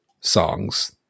songs